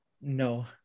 No